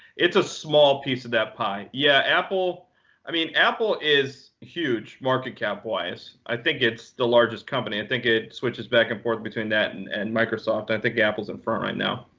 it's a small piece of that pie. yeah, apple i mean, apple is huge market cap-wise. i think it's the largest company. i think it switches back and forth between that and and microsoft. i think apple's in front right now.